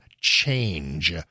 change